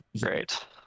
Great